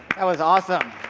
that was awesome!